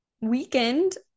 weekend